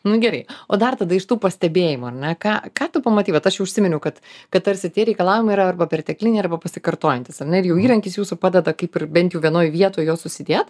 nu gerai o dar tada iš tų pastebėjimų ar ne ką ką tu pamatei vat aš jau užsiminiau kad kad tarsi tie reikalavimai yra arba pertekliniai arba pasikartojantys ar ne ir jau įrankis jūsų padeda kaip ir bent jau vienoj vietoj juos susidėt